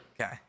Okay